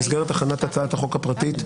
במסגרת הכנת הצעת החוק הפרטית,